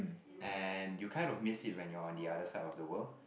and you kind of miss it when you're on the other side of the world